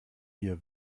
hier